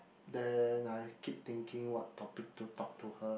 then I keep thinking what topic to talk to her